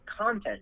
content